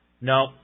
No